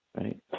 right